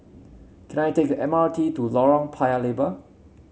can I take the M R T to Lorong Paya Lebar